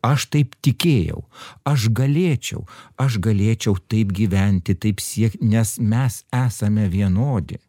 aš taip tikėjau aš galėčiau aš galėčiau taip gyventi taip siek nes mes esame vienodi